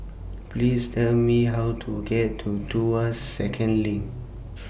Please Tell Me How to get to Tuas Second LINK